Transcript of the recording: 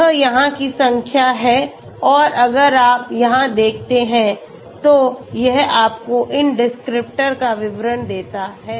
यह यहाँ की संख्या है और अगर आप यहाँ देखते हैं तो यह आपको इन डिस्क्रिप्टर का विवरण देता है